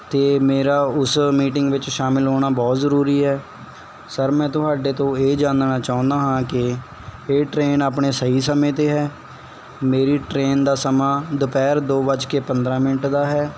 ਅਤੇ ਮੇਰਾ ਉਸ ਮੀਟਿੰਗ ਵਿੱਚ ਸ਼ਾਮਿਲ ਹੋਣਾ ਬਹੁਤ ਜ਼ਰੂਰੀ ਹੈ ਸਰ ਮੈਂ ਤੁਹਾਡੇ ਤੋਂ ਇਹ ਜਾਣਣਾ ਚਾਹੁੰਦਾ ਹਾਂ ਕਿ ਇਹ ਟ੍ਰੇਨ ਆਪਣੇ ਸਹੀ ਸਮੇਂ 'ਤੇ ਹੈ ਮੇਰੀ ਟ੍ਰੇਨ ਦਾ ਸਮਾਂ ਦੁਪਹਿਰ ਦੋ ਵੱਜ ਕੇ ਪੰਦਰ੍ਹਾਂ ਮਿੰਟ ਦਾ ਹੈ